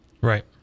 Right